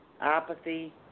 apathy